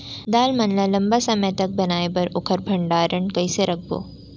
दाल मन ल लम्बा समय तक बनाये बर ओखर भण्डारण कइसे रखबो?